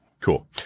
cool